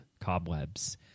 cobwebs